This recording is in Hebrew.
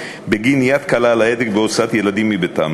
בגין יד קלה על ההדק בהוצאת ילדים מביתם,